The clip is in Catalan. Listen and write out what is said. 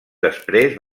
després